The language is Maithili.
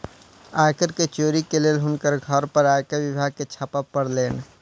आय कर के चोरी के लेल हुनकर घर पर आयकर विभाग के छापा पड़लैन